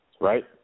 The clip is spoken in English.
right